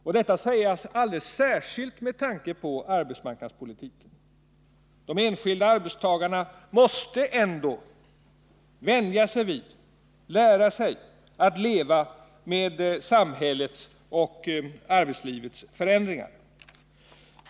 Och detta säger jag alldeles särskilt med tanke på arbetsmarknadspolitiken. De enskilda löntagarna måste ändå vänja sig vid, lära sig att leva med samhällets och arbetslivets förändringar.